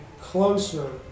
closer